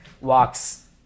walks